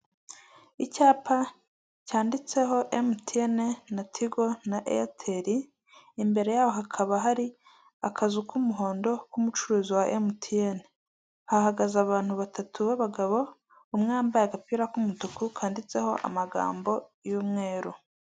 Icyapa cyanditseho emutiyene na tigo na eyateri, imbere yaho hakaba hari akazu k'umuhondo k'umucuruzi wa emutiyene, hahagaze abantu batatu b'abagabo umwe yambaye agapira k'umutuku kanditseho amagambo y'umweru.